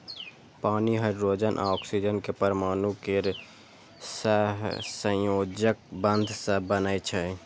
पानि हाइड्रोजन आ ऑक्सीजन के परमाणु केर सहसंयोजक बंध सं बनै छै